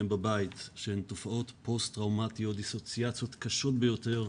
בבית שאל התופעות פוסט טראומתיות ואסוציאציות קשות ביותר.